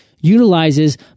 utilizes